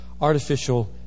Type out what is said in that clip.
artificial